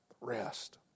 Rest